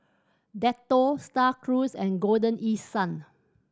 Dettol Star Cruise and Golden East Sun